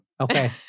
Okay